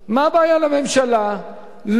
מה הבעיה לממשלה לא